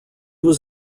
was